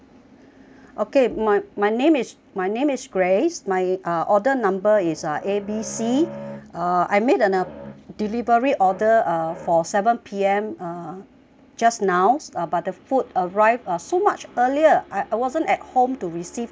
okay my my name is my name is grace my uh order number is uh A B C uh I made an uh delivery order uh four seven P_M uh just now uh but the food arrived uh so much earlier I I wasn't at home to receive the food